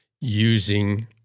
using